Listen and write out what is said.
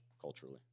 culturally